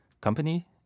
company